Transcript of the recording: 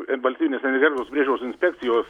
valstybinės energetikos priežiūros inspekcijos